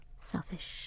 selfish